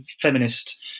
feminist